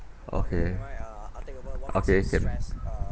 okay okay can